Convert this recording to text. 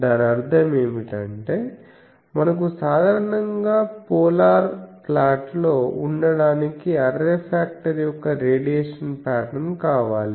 దాని అర్ధం ఏమిటంటే మనకు సాధారణంగా పోలార్ ప్లాట్లో ఉండటానికి అర్రే ఫాక్టర్ యొక్క రేడియేషన్ పాటర్న్ కావాలి